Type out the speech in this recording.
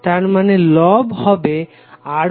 তার মানে লব হবে R1R2R2R3R1R3